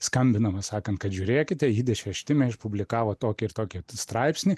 skambinama sakant kad žiūrėkite jidiše štime išpublikavo tokį ir tokį straipsnį